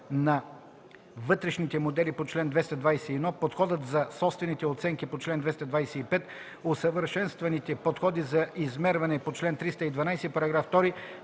на вътрешните модели по чл. 221, подходът за собствените оценки по чл. 225, усъвършенстваните подходи за измерване по чл. 312, параграф 2,